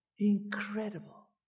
Incredible